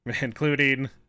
Including